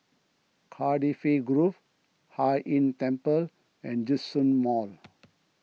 Cardifi Grove Hai Inn Temple and Djitsun Mall